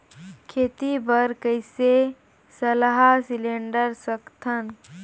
खेती बर कइसे सलाह सिलेंडर सकथन?